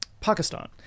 Pakistan